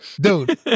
dude